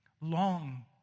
long